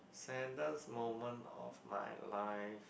saddest moment of my life